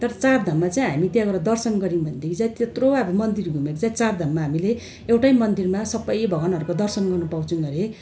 तर चारधाममा चाहिँ हामी त्यहाँ गएर दर्शन गरौँ भनेदेखि चाहिँ त्यत्रो अब मन्दिर घुमेर चाहिँ चारधाममा हामीले एउटै मन्दिरमा सबै भगवानहरूको दर्शन गर्नु पाउँछौँ अरे